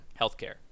healthcare